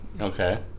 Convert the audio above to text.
Okay